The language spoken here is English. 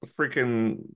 freaking